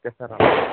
okay sir